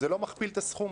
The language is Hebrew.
זה לא מכפיל את הסכום,